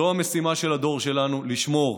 זו המשימה של הדור שלנו: לשמור.